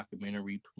documentary